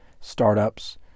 startups